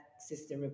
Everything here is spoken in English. Sister